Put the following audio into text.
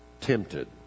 tempted